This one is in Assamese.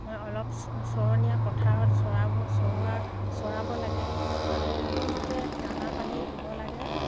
মই অলপ চৰণীয়া পথাৰত চৰাব চৰোৱা চৰাব লাগে আৰু সময়মতে দানা পানী দিব লাগে